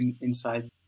inside